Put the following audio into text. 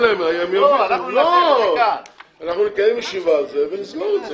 אנחנו נקיים ישיבה על זה ונסגור את זה.